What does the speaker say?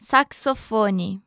Saxofone